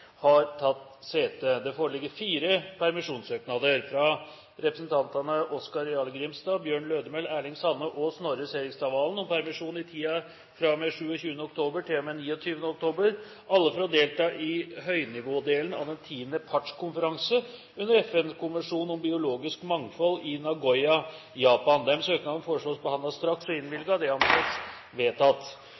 har tatt sete: For Buskerud fylke: Ida Marie Holen For Vestfold fylke: Morten Stordalen Det foreligger fire permisjonssøknader: fra representantene Oskar J. Grimstad, Bjørn Lødemel, Erling Sande og Snorre Serigstad Valen om permisjon i tiden fra og med 27. oktober til og med 29. oktober – alle for å delta i høynivådelen av den tiende partskonferanse under FN-konvensjonen om biologisk mangfold, i Nagoya, Japan.